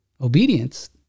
Obedience